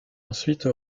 ensuite